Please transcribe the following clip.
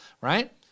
right